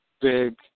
big